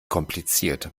kompliziert